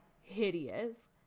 hideous